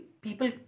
people